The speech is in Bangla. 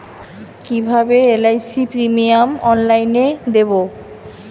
কিভাবে এল.আই.সি প্রিমিয়াম অনলাইনে দেবো?